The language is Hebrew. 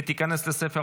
תשעה